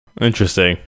interesting